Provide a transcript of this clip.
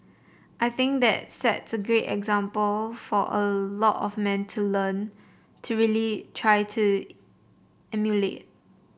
I think that sets a great example for a lot of men to learn to really try to emulate